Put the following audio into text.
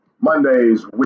Monday's